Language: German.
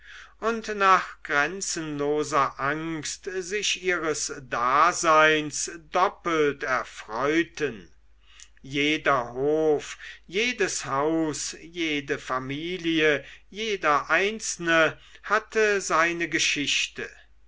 und nach grenzenloser angst sich ihres daseins doppelt erfreuten jeder hof jedes haus jede familie jeder einzelne hatte seine geschichte